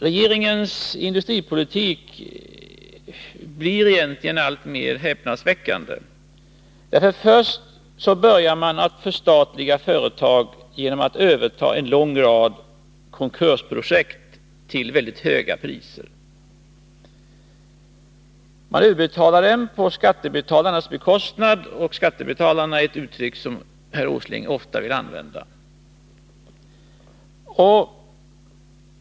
Regeringens industripolitik blir egentligen alltmer häpnadsväckande. Först förstatligar man företag genom att överta en lång rad konkursprojekt till väldigt höga priser. Man gör utbetalningar för detta på skattebetalarnas bekostnad — skattebetalarna är ett uttryck som herr Åsling ofta använder.